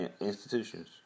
institutions